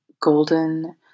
golden